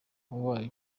ubaye